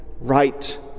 right